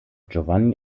giovanni